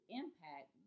impact